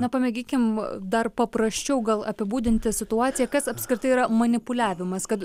na pamėginkim dar paprasčiau gal apibūdinti situaciją kas apskritai yra manipuliavimas kad